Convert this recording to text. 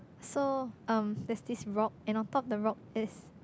so um there's this rock and on top of the rock is